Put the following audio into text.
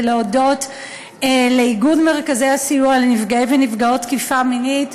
ולהודות לאיגוד מרכזי הסיוע לנפגעי ונפגעות תקיפה מינית.